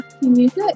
music